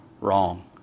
wrong